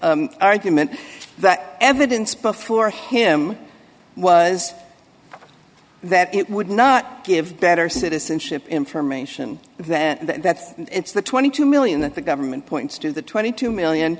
previous argument that evidence before him was that it would not give better citizenship information than that it's the twenty two million that the government points to the twenty two million